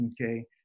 okay